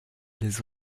laisse